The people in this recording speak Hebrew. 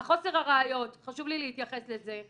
חוסר הראיות חשוב לי להתייחס לזה.